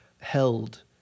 held